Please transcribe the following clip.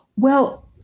well,